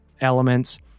elements